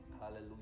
Hallelujah